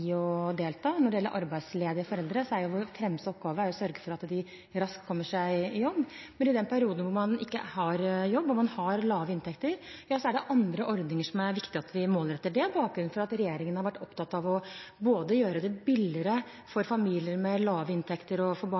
til å delta. Når det gjelder arbeidsledige foreldre, er vår fremste oppgave å sørge for at de raskt kommer seg ut i jobb. Men i den perioden man ikke har jobb og har lav inntekt, er det andre ordninger som det er viktig at vi målretter. Det er bakgrunnen for at regjeringen har vært opptatt av å gjøre det billigere for familier med lave inntekter å få